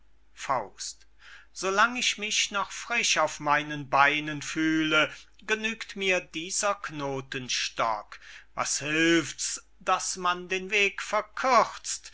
ziele so lang ich mich noch frisch auf meinen beinen fühle genügt mir dieser knotenstock was hilft's daß man den weg verkürzt